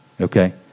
okay